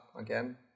again